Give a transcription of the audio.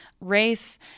race